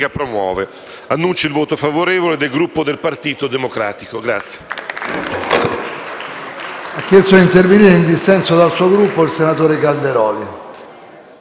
promuove. Annuncio il voto favorevole del Gruppo del Partito Democratico.